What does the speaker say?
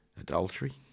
adultery